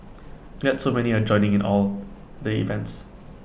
glad so many are joining in all the events